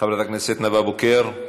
חברת הכנסת נאוה בוקר,